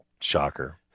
Shocker